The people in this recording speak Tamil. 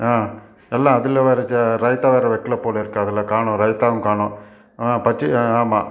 ஆ இல்லை அதில் வேறு ரைத்தா வேறு வைக்கல போலேருக்கு அதில் காணும் ரைத்தாவும் காணும் பச்சிடி ஆ ஆமாம்